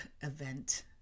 event